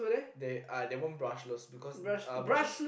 they are they want brushless because uh brushless